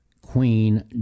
queen